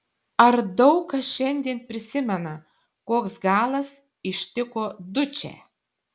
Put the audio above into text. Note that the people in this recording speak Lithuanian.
ar daug kas šiandien prisimena koks galas ištiko dučę